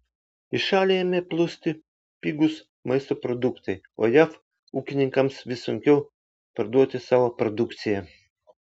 į šalį ėmė plūsti pigūs maisto produktai o jav ūkininkams vis sunkiau parduoti savo produkciją